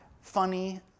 funny